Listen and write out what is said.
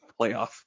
playoff